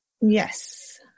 yes